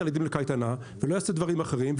הילדים לקייטנה ולא יעשה דברים אחרים.